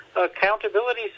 accountability